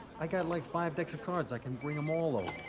i got like five decks of cards, i can bring em all over.